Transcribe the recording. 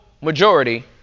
majority